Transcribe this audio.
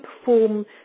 perform